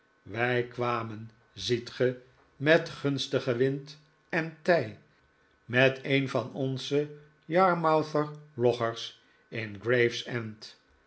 wij kwamen ziet ge met gunstige wind en tij met een van onze yarmouther loggers in gravesend